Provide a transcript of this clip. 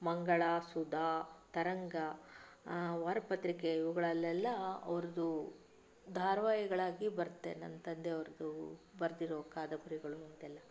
ಮಂಗಳ ಸುಧಾ ತರಂಗ ವಾರಪತ್ರಿಕೆ ಇವುಗಳಲ್ಲೆಲ್ಲಾ ಅವರದು ಧಾರವಾಹಿಗಳಾಗಿ ಬರತ್ತೆ ನಮ್ಮ ತಂದೆ ಅವರದು ಬರೆದಿರೋ ಕಾದಂಬರಿಗಳು ಅದೆಲ್ಲಾ